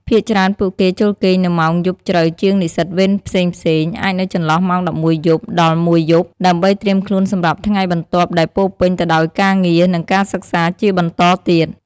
ភាគច្រើនពួកគេចូលគេងនៅម៉ោងយប់ជ្រៅជាងនិស្សិតវេនផ្សេងៗ អាចនៅចន្លោះម៉ោង ១១ យប់ ដល់ ១ យប់ ដើម្បីត្រៀមខ្លួនសម្រាប់ថ្ងៃបន្ទាប់ដែលពោរពេញទៅដោយការងារ និងការសិក្សាជាបន្តទៀត។